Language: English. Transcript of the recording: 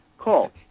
Call